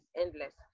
endless